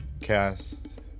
Cast